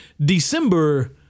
December